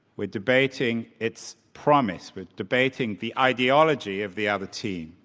we're debating its promise. we're debating the ideology of the other team.